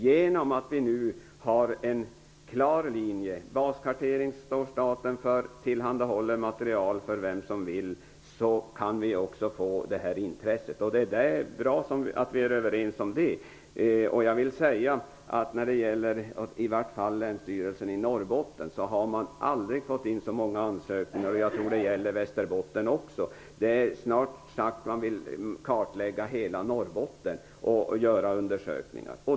Genom att vi nu har en klar linje -- staten står för baskarteringen och tillhandahåller material till den som vill ha sådant -- kan vi skapa ett intresse här. Det är bra att vi är överens på den punkten. I varje fall Länsstyrelsen i Norrbotten har aldrig tidigare fått in så många ansökningar som man nu får in, och jag tror att det gäller för Västerbotten också. Man vill kartlägga i det närmaste hela Norrbotten och göra undersökningar.